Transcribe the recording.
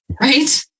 right